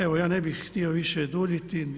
Evo ja ne bih htio više duljiti.